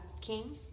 King